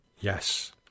Yes